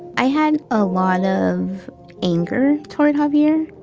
i had a lot of anger toward javier.